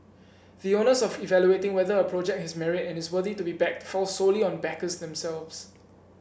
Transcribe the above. the onus of evaluating whether a project has merit and is worthy to be backed falls solely on backers themselves